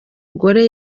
mugore